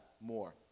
more